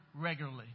regularly